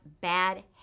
bad